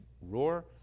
roar